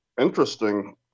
interesting